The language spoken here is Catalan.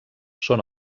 són